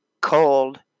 cold